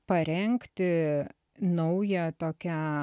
parengti naują tokią